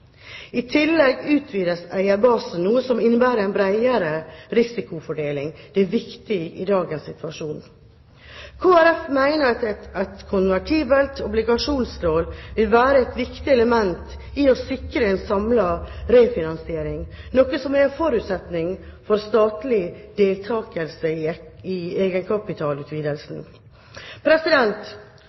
I tillegg utvides eierbasen, noe som innebærer en bredere risikofordeling. Det er viktig i dagens situasjon. Kristelig Folkeparti mener at et konvertibelt obligasjonslån vil være et viktig element i å sikre en samlet refinansiering, noe som er en forutsetning for statlig deltakelse i egenkapitalutvidelsen. Konklusjonen blir derfor at Kristelig Folkeparti støtter Regjeringens forslag i